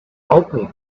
opened